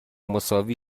مساوی